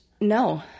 No